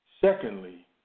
Secondly